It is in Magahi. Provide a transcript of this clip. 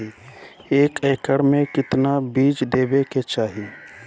एक एकड़ मे केतना बीज देवे के चाहि?